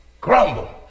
grumble